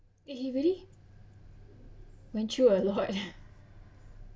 eh he really went through a lot